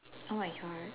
oh my god